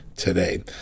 today